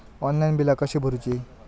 Online बिला कशी भरूची?